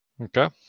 Okay